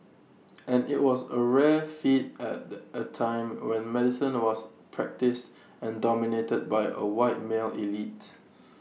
and IT was A rare feat at the A time when medicine was practised and dominated by A white male elite